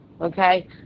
Okay